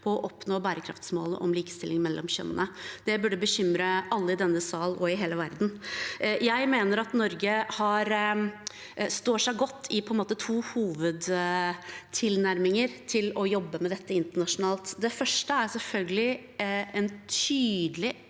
å oppnå bærekraftsmålet om likestilling mellom kjønnene. Det burde bekymre alle i denne sal og i hele verden. Jeg mener at Norge står seg godt på to hovedtilnærminger til å jobbe med dette internasjonalt. Den første er selvfølgelig en tydelig